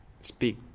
speak